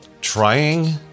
Trying